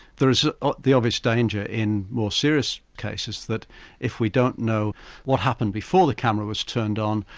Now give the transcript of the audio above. there is ah ah the obvious danger in more serious cases, that if we don't know what happened before the camera was turned on,